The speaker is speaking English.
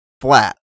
flat